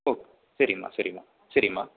ஓ சரிம்மா சரிம்மா சரிம்மா